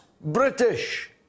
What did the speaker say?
British